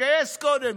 תגייס קודם,